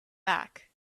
back